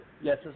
Yes